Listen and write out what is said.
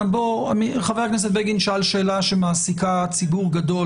חבר הכנסת בגין שאל שאלה שמעסיקה ציבור גדול,